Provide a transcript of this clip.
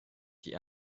die